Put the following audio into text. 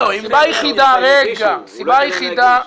אבל אתם רוצים שהם יגישו, הוא לא ייתן להם להגיש.